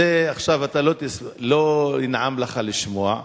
זה, עכשיו לא ינעם לך לשמוע,